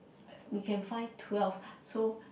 we can find twelve so